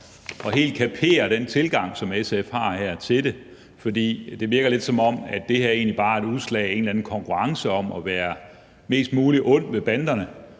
lige helt at kapere den tilgang til det, som SF har her, for det virker lidt, som om det her egentlig bare er et udslag af en eller anden konkurrence om at være mest muligt ond ved banderne